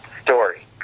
story